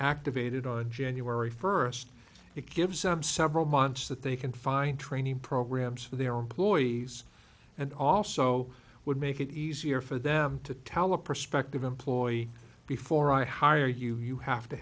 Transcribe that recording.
activated on january first it gives them several months that they can find training programs for their employees and also would make it easier for them to tell a prospective employee before i hire you you have to